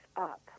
up